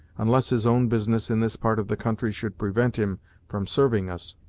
unless his own business in this part of the country should prevent him from serving us.